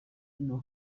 ako